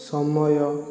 ସମୟ